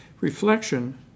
Reflection